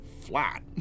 flat